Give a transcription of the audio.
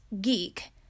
geek